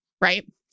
right